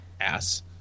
ass